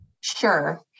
Sure